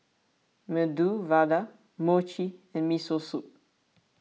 Medu Vada Mochi and Miso Soup